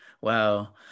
wow